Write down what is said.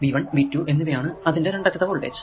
V1 V2 എന്നിവയാണ് അതിന്റെ രണ്ടറ്റത്തെ വോൾടേജ്